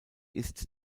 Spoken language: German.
ist